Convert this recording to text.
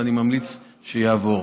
ואני ממליץ שיעבור.